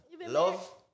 love